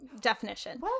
definition